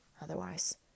Otherwise